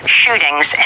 shootings